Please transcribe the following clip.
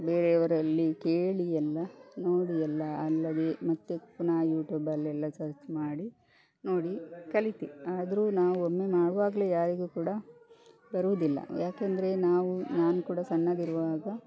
ಬೇರೆಯವರಲ್ಲಿ ಕೇಳಿ ಎಲ್ಲ ನೋಡಿ ಎಲ್ಲ ಅಲ್ಲದೇ ಮತ್ತು ಪುನಃ ಯೂಟ್ಯೂಬಲ್ಲೆಲ್ಲ ಸರ್ಚ್ ಮಾಡಿ ನೋಡಿ ಕಲಿತೆ ಆದರೂ ನಾವು ಒಮ್ಮೆ ಮಾಡುವಾಗಲೇ ಯಾರಿಗೂ ಕೂಡ ಬರುವುದಿಲ್ಲ ಯಾಕೆಂದರೆ ನಾವು ನಾನು ಕೂಡ ಸಣ್ಣದಿರುವಾಗ